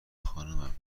خانومم